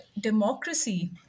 democracy